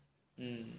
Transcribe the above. mm